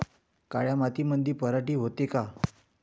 काळ्या मातीमंदी पराटी होते का?